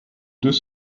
deux